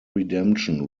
redemption